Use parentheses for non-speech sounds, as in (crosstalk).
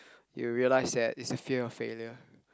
(breath) you realise that it's a fear of failure